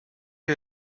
you